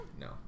No